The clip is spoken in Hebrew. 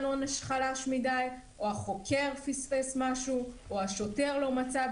עונש חלש מדי או החוקר פספס משהו או השוטר לא מצא.